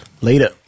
Later